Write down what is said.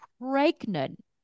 pregnant